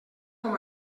com